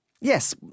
Yes